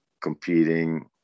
competing